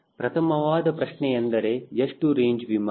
ಪ್ರಥಮವಾದ ಪ್ರಶ್ನೆಯೆಂದರೆ ಎಷ್ಟು ರೇಂಜ್ ವಿಮಾನ